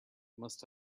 must